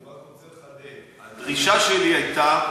אני רק רוצה לחדד: הדרישה שלי הייתה,